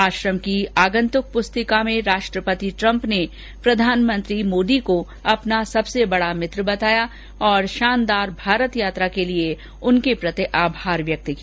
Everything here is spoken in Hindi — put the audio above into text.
आश्रम की आगन्तुक पुस्तिका में राष्ट्रपति ट्रम्प ने प्रधानमंत्री मोदी को अपना सबसे बडा मित्र बताया और शानदार भारत यात्रा के लिए उनके प्रति आभार व्यक्त किया